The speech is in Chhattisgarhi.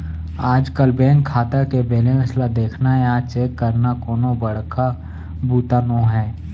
आजकल बेंक खाता के बेलेंस ल देखना या चेक करना कोनो बड़का बूता नो हैय